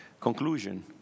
conclusion